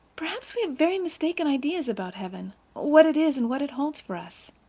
perhaps, we have very mistaken ideas about heaven what it is and what it holds for us.